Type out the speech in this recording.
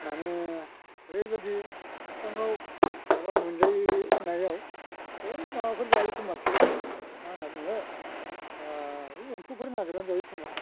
माने ओरैबायदि फिफांआव माबा मोनजायै नायाव बै माबाखौनो जायो खोमा बिसोरो मा होनना बुङो बिदिनो एम्फौफोर नागिरनानै जायो खोमा